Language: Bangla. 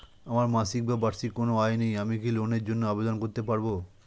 আমার মাসিক বা বার্ষিক কোন আয় নেই আমি কি লোনের জন্য আবেদন করতে পারব?